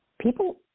people –